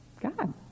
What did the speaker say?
God